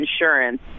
insurance